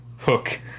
hook